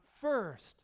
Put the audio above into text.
first